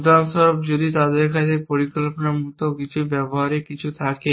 উদাহরণস্বরূপ যদি তাদের কাছে পরিকল্পনার মতো ব্যবহারিক কিছু থাকে